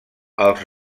els